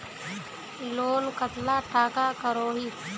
Loan कतला टाका करोही?